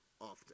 often